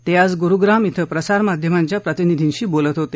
ते आज गुरुग्राम इथं प्रसारमाध्यमांच्या प्रतिनिधींशी बोलत होते